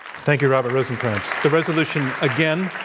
thank you, robert rosenkranz. the resolution, again,